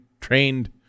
trained